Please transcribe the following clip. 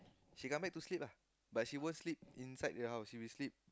she come back to sleep lah but she won't sleep inside the house she will sleep